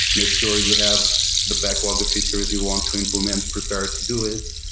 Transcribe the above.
make sure you have the backlog, the features you want to implement, prepared to do it.